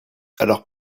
alors